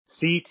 CT